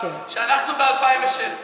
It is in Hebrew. שאנחנו ב-2016,